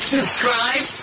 Subscribe